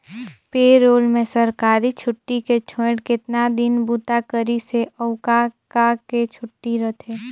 पे role में सरकारी छुट्टी के छोएड़ केतना दिन बूता करिस हे, अउ का का के छुट्टी रथे